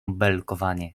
belkowanie